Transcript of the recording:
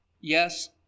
yes